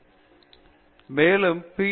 பேராசிரியர் ராஜேஷ் குமார் மேலும் பி